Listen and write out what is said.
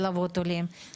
ליווי עולים הוא באמת מקצוע.